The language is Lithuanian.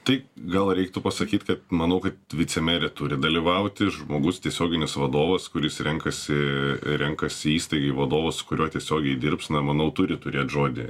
tai gal reiktų pasakyt kad manau kad vicemerė turi dalyvauti žmogus tiesioginis vadovas kuris renkasi renkasi įstaigų vadovą su kuriuo tiesiogiai dirbs na manau turi turėt žodį